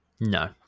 no